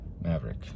maverick